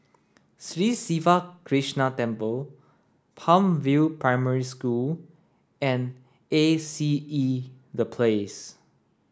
Sri Siva Krishna Temple Palm View Primary School and A C E The Place